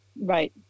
Right